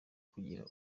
kugira